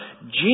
Jesus